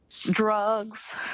Drugs